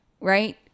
right